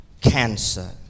cancer